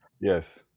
Yes